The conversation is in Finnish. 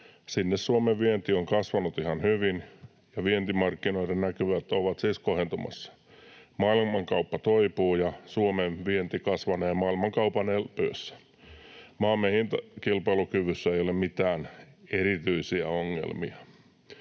Sinne Suomen vienti on kasvanut ihan hyvin, ja vientimarkkinoiden näkymät ovat siis kohentumassa. Maailmankauppa toipuu, ja Suomen vienti kasvanee maailmankaupan elpyessä. Maamme hintakilpailukyvyssä ei ole mitään erityisiä ongelmia.